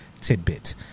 tidbit